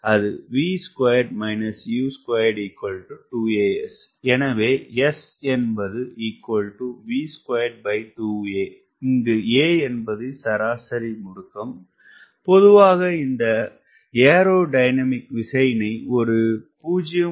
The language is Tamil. ஏனெனில் எனவே இங்கு a என்பது சராசரி முடுக்கம் பொதுவாக இந்த ஏரொடைனமிக் விசையினை ஒரு 0